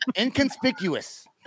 Inconspicuous